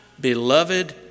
beloved